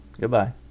Goodbye